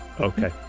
Okay